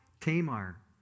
Tamar